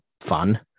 fun